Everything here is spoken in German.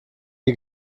die